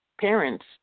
parents